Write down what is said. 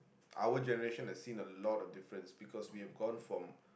our generation has seen a lot of difference because we have gone from